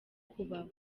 kubaho